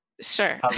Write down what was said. Sure